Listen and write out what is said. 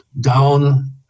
down